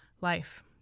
life